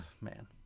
Man